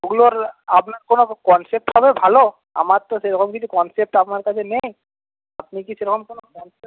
ওগুলোর আপনার কোনো কনসেপ্ট হবে ভালো আমার তো সেরকম কিছু কনসেপ্ট আমার কাছে নেই আপনি কি সেরকম কোনো কনসেপ্ট